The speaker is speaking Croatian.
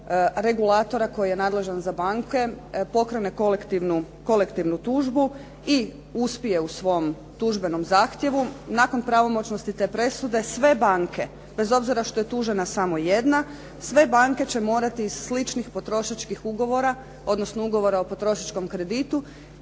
regulatora koji je nadležan za banke pokrene kolektivnu tužbu i uspije u svom tužbenom zahtjevu, nakon pravomoćnosti te presude sve banke, bez obzira što je tužena samo jedna, sve banke će morati iz sličnih potrošačkih ugovora, odnosno ugovora o potrošačkom kreditu